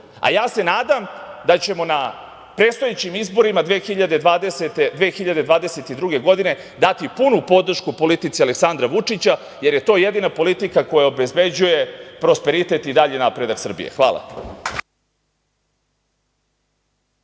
a ja se nadam da ćemo na predstojećim izborima 2022. godine dati punu podršku politici Aleksandra Vučića, jer je to jedina politika koja obezbeđuje prosperitet i dalji napredak Srbije. Hvala.